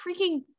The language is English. freaking